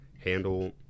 handle